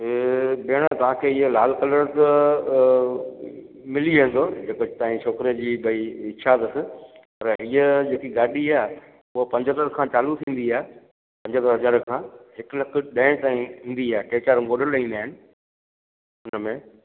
इहे भेण तव्हांखे इहा लाल कलर मिली वेंदो जे अगरि तव्हां ए छोकिरे जी इच्छा अथसि पर हीअं जेकी गाॾी उहा पंजहत्तरि खां चालू थींदी आहे पंजहतरि हज़ार खां हिकु लख ॾह ताईं ईंदी आहे टे चारि मॉडल ईंदा आहिनि हुनमें